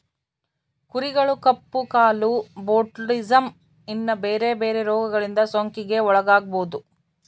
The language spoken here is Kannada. ಕುರಿಗಳು ಕಪ್ಪು ಕಾಲು, ಬೊಟುಲಿಸಮ್, ಇನ್ನ ಬೆರೆ ಬೆರೆ ರೋಗಗಳಿಂದ ಸೋಂಕಿಗೆ ಒಳಗಾಗಬೊದು